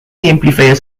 amplifiers